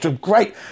great